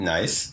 Nice